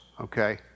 okay